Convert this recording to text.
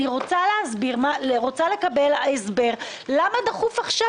אני רוצה לקבל הסבר למה דחוף עכשיו,